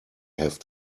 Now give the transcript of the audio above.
have